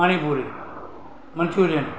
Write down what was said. panipuri Manchurian